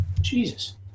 Jesus